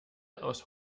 aus